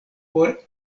por